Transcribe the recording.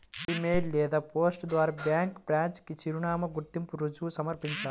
ఇ mail లేదా post ద్వారా bank branch కి చిరునామా, గుర్తింపు రుజువు సమర్పించాలి